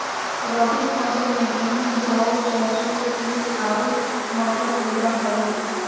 रबी फसल में गेहूं, जौ, सरसों, तिल आरो मटर होबा हइ